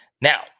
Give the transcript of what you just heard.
Now